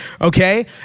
okay